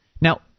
Now